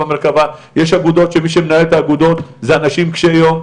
יש אגודות שמי שמנהל את האגודות זה אנשים קשי יום,